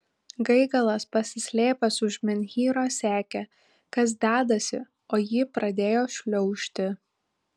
gaigalas pasislėpęs už menhyro sekė kas dedasi o ji pradėjo šliaužti